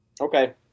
Okay